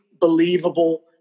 believable